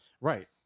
Right